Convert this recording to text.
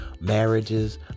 marriages